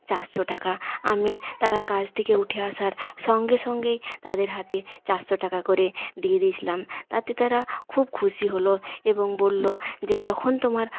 চারশো টাকা আমি তারা কাজ থেকে উঠে আসার সঙ্গে সঙ্গেই তাদের হাতে চারশো টাকা করে দিয়ে দিয়েছিলাম তাতে তারা খুব খুশি হল এবং বললো যে যখন তোমার